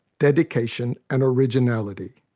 dedication and originality.